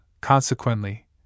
consequently